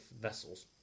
vessels